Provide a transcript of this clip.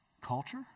Culture